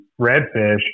redfish